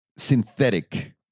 Synthetic